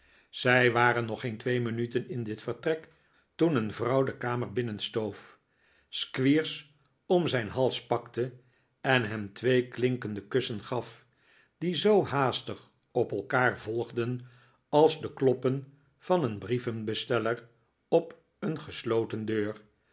zij waren nog geen twee minuten in dit vertrek toen een vrouw de kamer binnenstoof squeers om zijn hals pakte en hem twee klinkende kussen gaf die zoo haastig op elkaar volgden als de kloppen van een brievenbesteller op een gesloten deur